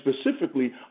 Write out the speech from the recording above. specifically